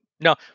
No